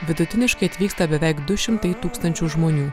vidutiniškai atvyksta beveik du šimtai tūkstančių žmonių